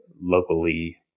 locally